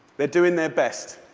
they're doing their best.